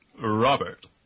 Robert